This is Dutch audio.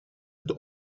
het